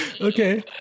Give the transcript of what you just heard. okay